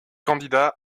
candidat